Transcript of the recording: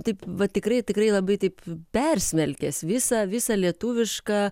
taip va tikrai tikrai labai taip persmelkęs visą visą lietuvišką